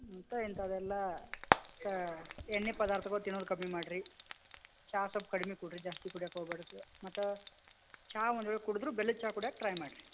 ಮತ್ತು ಇಂಥದೆಲ್ಲ ಎಣ್ಣೆ ಪದಾರ್ಥಗಳು ತಿನ್ನೋದು ಕಮ್ಮಿ ಮಾಡಿ ರೀ ಚಾ ಸೊಲ್ಪ ಕಡ್ಮೆ ಕುಡ್ರಿ ಜಾಸ್ತಿ ಕುಡಿಯಾಕೆ ಹೋಗ್ಬೇಡ್ರಿ ಸ ಮತ್ತು ಚಾ ಒಂದು ವೇಳೆ ಕುಡುದರೂ ಬೆಲ್ಲದ ಚಾ ಕುಡಿಯಾಕೆ ಟ್ರೈ ಮಾಡಿ ರೀ